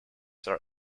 there